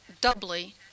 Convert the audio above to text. doubly